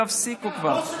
תפסיקו כבר.